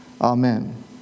Amen